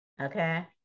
Okay